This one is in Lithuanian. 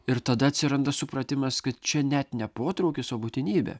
ir tada atsiranda supratimas kad čia net ne potraukis o būtinybė